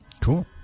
Cool